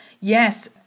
Yes